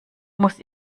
muss